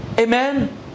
Amen